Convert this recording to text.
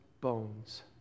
bones